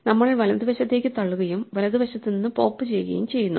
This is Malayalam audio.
നമ്മൾ വലതുവശത്തേക്ക് തള്ളുകയും വലതുവശത്ത് നിന്ന് പോപ്പ് ചെയ്യുകയും ചെയ്യുന്നു